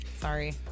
Sorry